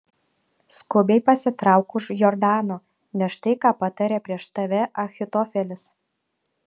skubiai pasitrauk už jordano nes štai ką patarė prieš tave ahitofelis